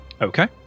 Okay